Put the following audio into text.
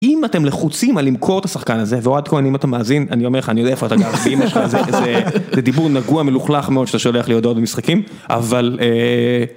אם אתם לחוצים על למכור את השחקן הזה, ואוהד כהן אם אתה מאזין, אני אומר לך, אני יודע איפה אתה גר באמא שלך, זה דיבור נגוע מלוכלך מאוד, שאתה שולח לי הודעות במשחקים, אבל...